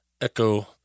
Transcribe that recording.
echo